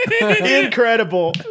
Incredible